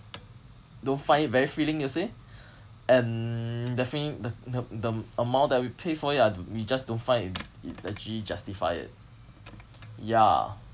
don't find it very filling you see and definitely the the the amount that we pay for it ya we just don't find it it actually justify it ya